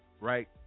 right